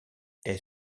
est